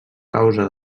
causa